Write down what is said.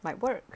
might work